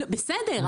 בסדר,